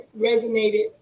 resonated